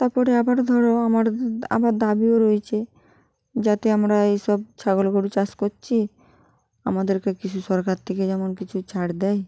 তারপরে আবারও ধরো আমার আবার দাবিও রয়েছে যাতে আমরা এই সব ছাগল গরু চাষ কচ্চি আমাদেরকে কিছু সরকার থেকে যেমন কিছু ছাড় দেয়